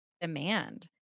demand